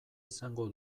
izango